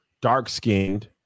dark-skinned